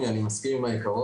זה לא המצב היום.